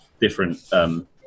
different